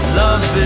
love